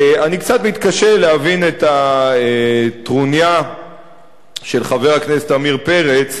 אני קצת מתקשה להבין את הטרוניה של חבר הכנסת עמיר פרץ.